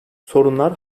sorunlar